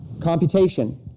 computation